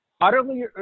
utterly